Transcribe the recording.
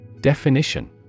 Definition